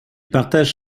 partage